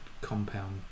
compound